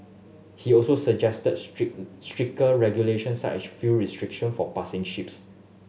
he also suggested strict stricter regulations such as fuel restriction for passing ships